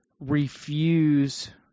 refuse